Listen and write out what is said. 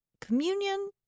communion